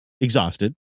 exhausted